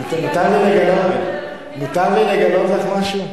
מותר לי לגלות לך משהו?